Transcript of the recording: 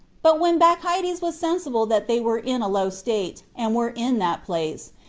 but when bacchides was sensible that they were in a low state, and were in that place,